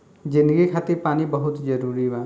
जिंदगी खातिर पानी बहुत जरूरी बा